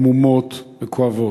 המומות וכואבות.